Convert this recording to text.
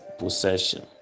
possession